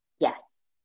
Yes